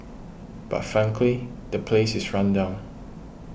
but frankly the place is run down